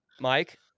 Mike